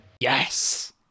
Yes